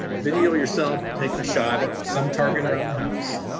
video yourself taking a shot at some target around the house,